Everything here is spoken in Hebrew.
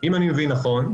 אם אני מבין נכון,